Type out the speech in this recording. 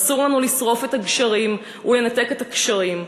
אסור לנו לשרוף את הגשרים ולנתק את הקשרים.